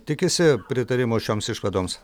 tikisi pritarimo šioms išvadoms